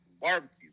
Barbecue